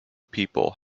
people